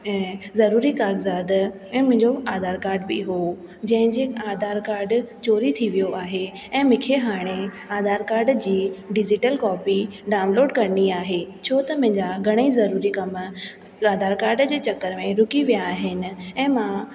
ऐं ज़रूरी कागज़ाद ऐं मुंहिंजो आधार कार्ड बि हो जंहिंजे आधार कार्ड चोरी थी वियो आहे ऐं मूंखे हाणे आधार कार्ड जी डिजिटल कॉपी डाउनलोड करिणी आहे छो त मुंहिंजा घणे ई ज़रूरी कम आधार कार्ड जे चक्कर में रुकी विया आहिनि ऐं मां